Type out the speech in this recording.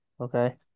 okay